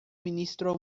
ministro